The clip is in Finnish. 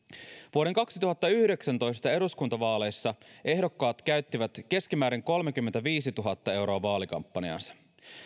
vuoden kaksituhattayhdeksäntoista eduskuntavaaleissa ehdokkaat käyttivät keskimäärin kolmekymmentäviisituhatta euroa vaalikampanjaansa